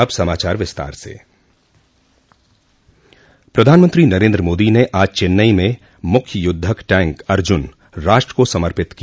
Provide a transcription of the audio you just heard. अब समाचार विस्तार से प्रधानमंत्री नरेन्द्र मोदी ने आज चेन्नई में मुख्य युद्धक टैंक अर्जुन राष्ट्र को समर्पित किया